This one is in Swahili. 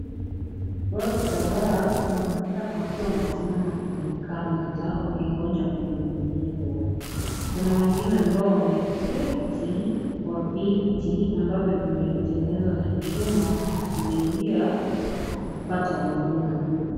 Watu kadhaa wanaonekana wakiwa wamesimama kwenye kaunta wakingoja kuhudumiwa, kuna wengine ambao wameketi kwa viti ambavyo vimetengenezwa na chuma wakisubiria kupata huduma.